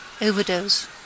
overdose